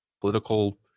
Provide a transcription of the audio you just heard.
political